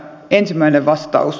ensimmäinen vastaus